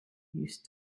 used